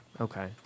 okay